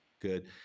Good